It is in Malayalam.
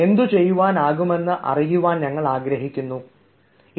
എന്തുചെയ്യാനാകുമെന്ന് അറിയാൻ ഞങ്ങൾ ആഗ്രഹിക്കുന്നു"